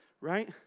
right